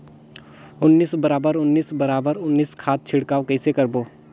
उन्नीस बराबर उन्नीस बराबर उन्नीस खाद छिड़काव कइसे करबो?